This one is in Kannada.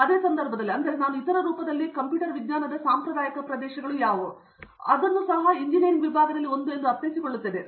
ಅದೇ ಸಂದರ್ಭದಲ್ಲಿ ಅಂದರೆ ನಾನು ಇತರ ರೂಪದಲ್ಲಿ ಕಂಪ್ಯೂಟರ್ ವಿಜ್ಞಾನದ ಸಾಂಪ್ರದಾಯಿಕ ಪ್ರದೇಶಗಳಲ್ಲಿ ಸಹ ಎಂಜಿನಿಯರಿಂಗ್ ವಿಭಾಗದಲ್ಲಿ ಅರ್ಥೈಸಿಕೊಳ್ಳುತ್ತೇನೆ